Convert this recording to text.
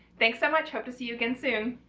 thanks so much hope to see you again soon!